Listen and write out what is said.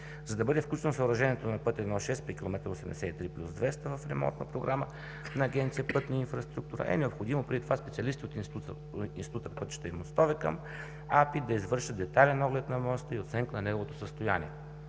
За да бъде включено съоръжението на пътя I-6 при 83+200 км в ремонтна програма на Агенция „Пътна инфраструктура“, е необходимо преди това специалисти от Института по пътища и мостове към АПИ да извършат детайлен оглед на моста и оценка на неговото състояние.